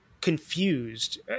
confused